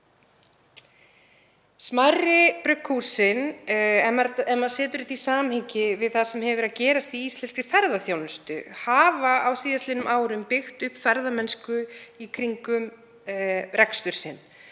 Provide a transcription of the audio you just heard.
Smærri brugghúsin, ef maður setur þetta í samhengi við það sem hefur verið að gerast í íslenskri ferðaþjónustu, hafa á síðastliðnum árum byggt upp ferðamennsku í kringum rekstur sinn.